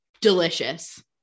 Delicious